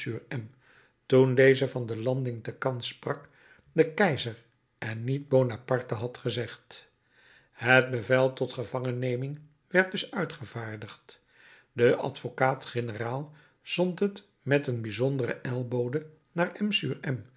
toen deze van de landing te cannes sprak de keizer en niet bonaparte had gezegd het bevel tot gevangenneming werd dus uitgevaardigd de advocaat-generaal zond het met een bijzonderen ijlbode naar